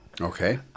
Okay